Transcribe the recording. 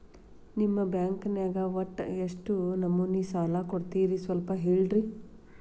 ನಿಮ್ಮ ಬ್ಯಾಂಕ್ ನ್ಯಾಗ ಒಟ್ಟ ಎಷ್ಟು ನಮೂನಿ ಸಾಲ ಕೊಡ್ತೇರಿ ಸ್ವಲ್ಪ ಹೇಳ್ರಿ